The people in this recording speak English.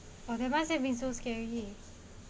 but there must have been so scary